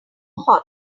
hot